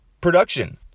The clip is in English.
production